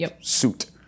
suit